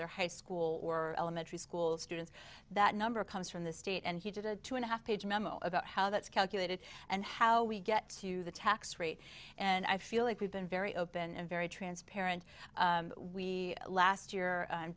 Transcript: they're high school or elementary school students that number comes from the state and he did a two and a half page memo about how that's calculated and how we get to the tax rate and i feel like we've been very open and very transparent we last year